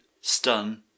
stun